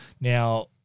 Now